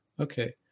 okay